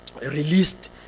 released